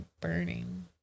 burning